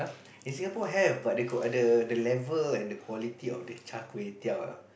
in Singapore have but the co~ the the level and the quality of the char-kway-teow ah